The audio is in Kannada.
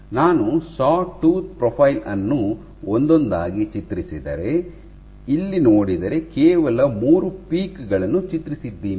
ನಾನು ಸಾಟೂತ್ ಪ್ರೊಫೈಲ್ ಅನ್ನು ಒಂದೊಂದಾಗಿ ಚಿತ್ರಿಸಿದರೆ ಇಲ್ಲಿ ನೋಡಿದರೆ ಕೇವಲ ಮೂರು ಪೀಕ್ ಗಳನ್ನು ಚಿತ್ರಿಸಿದ್ದೀನಿ